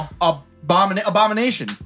Abomination